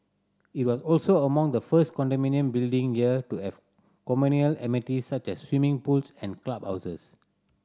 it was also among the first condominium building here to have communal amenity such as swimming pools and clubhouses